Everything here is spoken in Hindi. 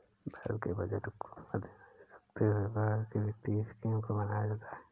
भारत के बजट को मद्देनजर रखते हुए भारत की वित्तीय स्कीम को बनाया जाता है